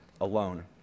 alone